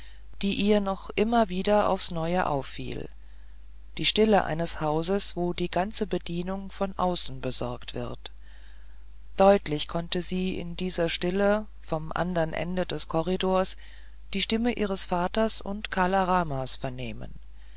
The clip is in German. die ihr noch immer wieder aufs neue auffiel die stille eines hauses wo die ganze bedienung von außen besorgt wird deutlich konnte sie in dieser stille vom anderen ende des korridors die stimmen ihres vaters und kala ramas vernehmen